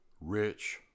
rich